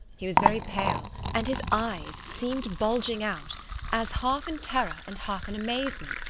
he was very pale, and his eyes seemed bulging out as, half in terror and half in amazement,